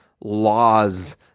laws